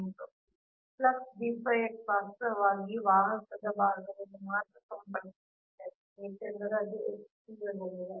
ಆದ್ದರಿಂದ ಫ್ಲಕ್ಸ್ ವಾಸ್ತವವಾಗಿ ವಾಹಕದ ಭಾಗವನ್ನು ಮಾತ್ರ ಸಂಪರ್ಕಿಸುತ್ತದೆ ಏಕೆಂದರೆ ಅದು x ದೂರದಲ್ಲಿದೆ